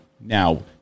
Now